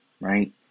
right